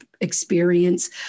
experience